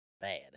Bad